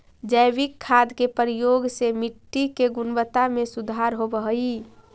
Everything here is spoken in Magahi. जैविक खाद के प्रयोग से मट्टी के गुणवत्ता में सुधार होवऽ हई